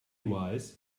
wise